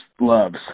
loves